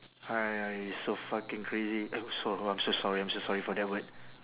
I don't know it's so fucking crazy eh so~ I'm so sorry I'm so sorry for that word